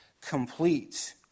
complete